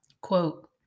Quote